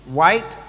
white